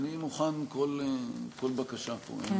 אני מוכן לכל בקשה שירצו.